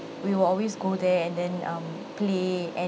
we will always go there and then um play and